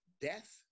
death